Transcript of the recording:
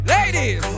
Ladies